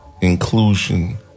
Inclusion